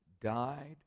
died